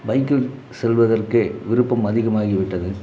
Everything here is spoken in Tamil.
பைக்கில் செல்வதற்கு விருப்பம் அதிகமாகிவிட்டது